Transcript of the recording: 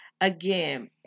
again